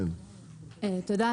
תודה.